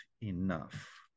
enough